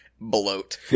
bloat